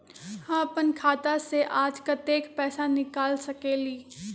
हम अपन खाता से आज कतेक पैसा निकाल सकेली?